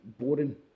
boring